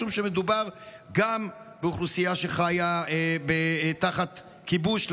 משום שמדובר גם באוכלוסייה שחיה תחת כיבוש,